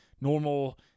normal